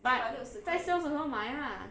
but 在 sales 的时候买 lah